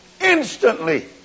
instantly